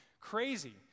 crazy